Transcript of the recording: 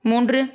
மூன்று